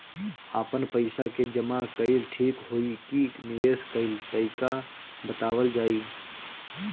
आपन पइसा के जमा कइल ठीक होई की निवेस कइल तइका बतावल जाई?